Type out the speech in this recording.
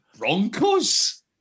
Broncos